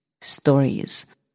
stories